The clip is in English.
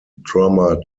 drummer